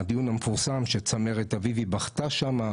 הדיון המפורסם שצמרת אביבי בכתה שם,